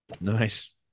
Nice